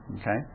Okay